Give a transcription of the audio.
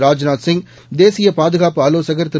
ராஜ்நாத் சிங் தேசிய பாதுகாப்பு ஆலோசகர் திரு